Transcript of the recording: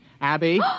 Abby